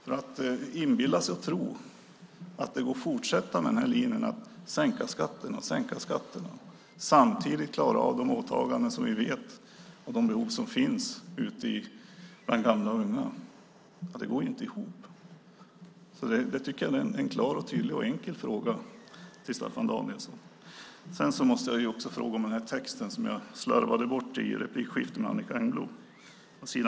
Om man inbillar sig, tror, att det går att fortsätta på linjen att sänka skatter och att samtidigt klara de åtaganden som behövs och de behov som vi vet finns bland gamla och unga måste jag säga att det inte går ihop. Jag tycker därför att min fråga till Staffan Danielsson är en klar, tydlig och enkel fråga. Jag måste också fråga om den text som jag i replikskiftet med Annicka Engblom slarvade bort.